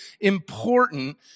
important